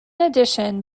addition